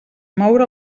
moure